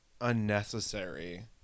unnecessary